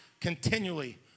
continually